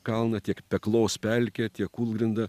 kalną tiek peklos pelkę tiek kūlgrindą